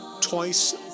Twice